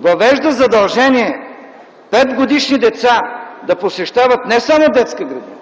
въвежда задължение – 5-годишни деца да посещават не само детска градина,